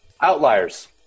Outliers